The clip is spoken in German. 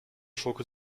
schurke